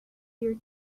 your